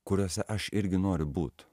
kuriuose aš irgi noriu būt